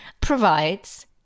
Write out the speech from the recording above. provides